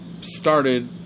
started